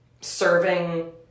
serving